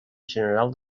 general